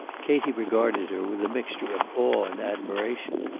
katie regarded her with a mixture of awe and admiration.